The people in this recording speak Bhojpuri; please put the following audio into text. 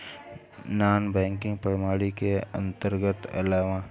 नानॅ बैकिंग प्रणाली के अंतर्गत आवेला